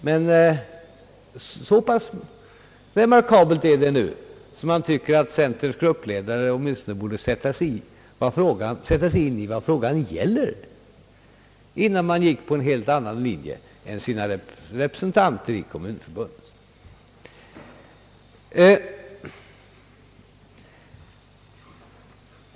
Men så remarkabelt är det nu att man tycker att centerns gruppledare åtminstone borde sätta sig in i vad frågan gäller innan han går på en helt annan linje än centerns representanter i Kommunförbundet.